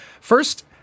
First